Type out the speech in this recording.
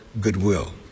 goodwill